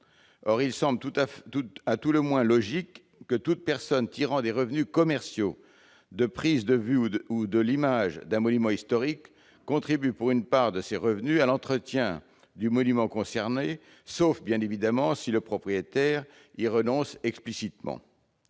Il semble à tout le moins logique que toute personne tirant des revenus commerciaux de prises de vues ou de l'image d'un monument historique contribue pour une part de ces revenus à l'entretien du monument concerné, sauf si le propriétaire y renonce explicitement.